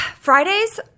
Fridays